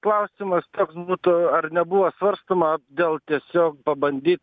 klausimas toks būtų ar nebuvo svarstoma dėl tiesiog pabandyt